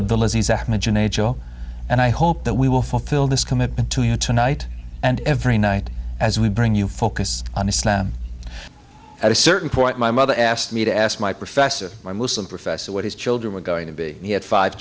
joe and i hope that we will fulfill this commitment to you tonight and every night as we bring you focus on islam at a certain point my mother asked me to ask my professor my muslim professor what his children were going to be he had five